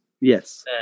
Yes